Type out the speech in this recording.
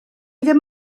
ddim